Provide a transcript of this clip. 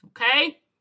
Okay